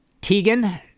Tegan